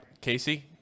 Casey